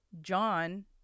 John